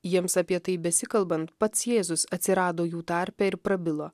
jiems apie tai besikalbant pats jėzus atsirado jų tarpe ir prabilo